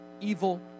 evil